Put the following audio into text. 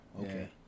okay